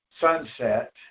sunset